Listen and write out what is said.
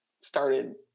started